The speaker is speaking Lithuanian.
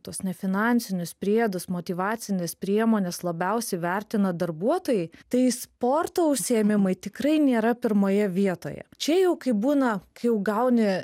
tuos nefinansinius priedus motyvacines priemones labiausiai vertina darbuotojai tai sporto užsiėmimai tikrai nėra pirmoje vietoje čia jau kai būna kai jau gauni